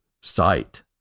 Sight